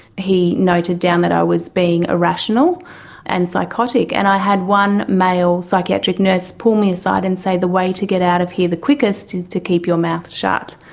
he noted down that i was being irrational and psychotic. and i had one male psychiatric nurse pull me aside and say, the way to get out of here the quickest is to keep your mouth shut.